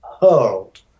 hurled